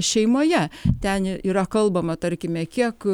šeimoje ten yra kalbama tarkime kiek